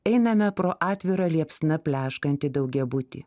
einame pro atvirą liepsna pleškantį daugiabutį